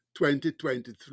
2023